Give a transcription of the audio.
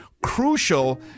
crucial